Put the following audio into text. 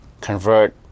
convert